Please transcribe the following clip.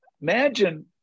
imagine